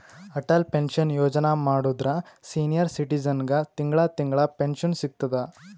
Atal pension Yojana ಮಾಡುದ್ರ senior ಸಿಟಿಜನ್ಗ ತಿಂಗಳಾ ತಿಂಗಳಾ ಪೆನ್ಶನ್ ಸಿಗ್ತುದ್